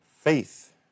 faith